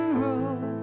road